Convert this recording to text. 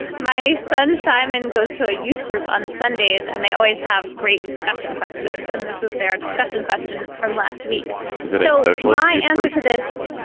my son simon goes to a youth group on sundays and they always have great discussion questions. and this is their discussion question from last week is it a social life answer to this?